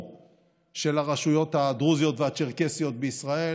של הרשויות הדרוזיות והצ'רקסיות בישראל